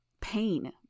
Pain